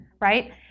right